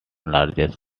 largest